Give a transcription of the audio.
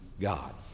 God